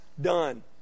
done